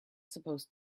supposed